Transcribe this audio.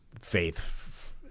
faith